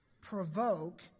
provoke